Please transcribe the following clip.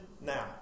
now